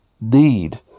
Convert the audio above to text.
need